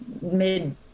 mid